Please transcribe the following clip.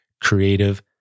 creative